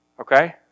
okay